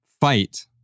Fight